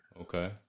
Okay